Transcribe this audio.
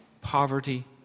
poverty